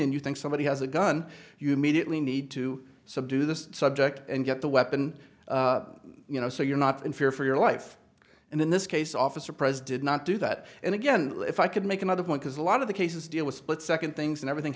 and you think somebody has a gun you immediately need to subdue this subject and get the weapon you know so you're not in fear for your life and in this case officer prez did not do that and again if i could make another point as a lot of the cases deal with split second things and everything